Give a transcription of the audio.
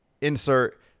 insert